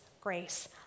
grace